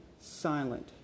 silent